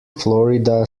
florida